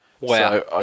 Wow